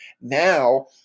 Now